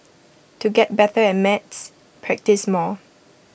to get better at maths practise more